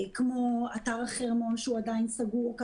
כמו אתר החרמון שעדיין סגור,